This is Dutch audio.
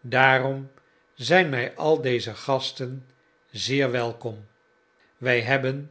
daarom zijn mij al deze gasten zeer welkom wij hebben